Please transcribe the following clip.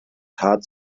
tat